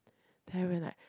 then I went like